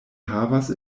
havas